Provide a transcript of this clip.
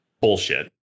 Bullshit